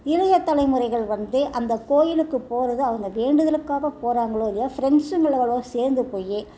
இளைய தலைமுறைகள் வந்து அந்த கோயிலுக்கு போகிறது அவங்க வேண்டுதலுக்காக போகிறாங்களோ இல்லையோ ஃப்ரெண்ட்ஸுங்களோட சேர்ந்து போய்